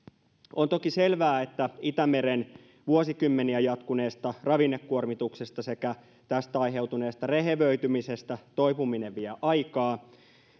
on toki selvää että itämeren vuosikymmeniä jatkuneesta ravinnekuormituksesta sekä tästä aiheutuneesta rehevöitymisestä toipuminen vie aikaa